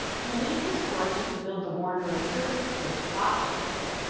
he used his fortune to build the warner observatory in rochester,